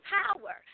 power